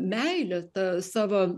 meilė tą savo